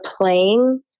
playing